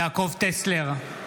(קורא בשמות חברי הכנסת) יעקב טסלר,